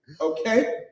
Okay